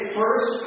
first